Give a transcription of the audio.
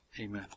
Amen